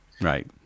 Right